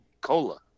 cola